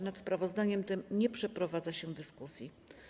Nad sprawozdaniem tym nie przeprowadza się dyskusji.